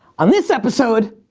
on this episode,